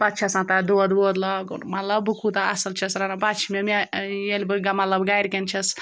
پَتہٕ چھِ آسان تَتھ دۄد وۄد لاگُن مطلب بہٕ کوٗتاہ اَصٕل چھٮ۪س رَنان پَتہٕ چھِ مےٚ مےٚ ییٚلہِ بہٕ گٔ مطلب گَرِکٮ۪ن چھٮ۪س